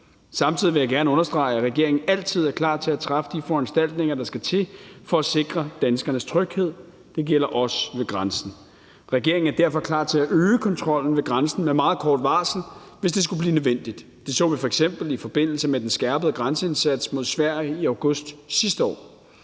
Samtidig vil jeg gerne understrege, at regeringen altid er klar til at træffe de foranstaltninger, der skal til for at sikre danskernes tryghed. Det gælder også ved grænsen. Regeringen er derfor klar til at øge kontrollen ved grænsen med meget kort varsel, hvis det skulle blive nødvendigt. Det så vi f.eks. i forbindelse med den skærpede grænseindsats mod Sverige i august sidste år.